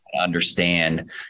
understand